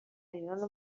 ایران